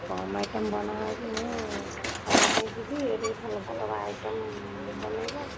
କମ୍ item ବନା ହେଉଛି ମୁଁ ଖାଇବାପାଇଁ ଯିବି ଯଦି ଭଲ ଭଲ ହବ ଆଇଟମ୍ ବନେଇବ